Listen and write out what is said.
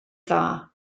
dda